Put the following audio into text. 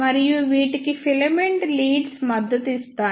మరియు వీటికి filament leads మద్దతు ఇస్తాయి